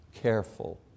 careful